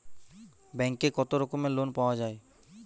ব্যাঙ্কে কত রকমের লোন পাওয়া য়ায়?